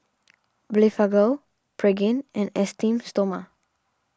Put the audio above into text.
Blephagel Pregain and Esteem Stoma